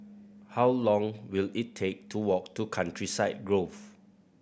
how long will it take to walk to Countryside Grove